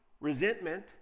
resentment